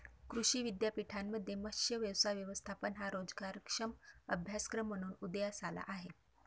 कृषी विद्यापीठांमध्ये मत्स्य व्यवसाय व्यवस्थापन हा रोजगारक्षम अभ्यासक्रम म्हणून उदयास आला आहे